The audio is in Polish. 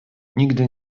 nigdy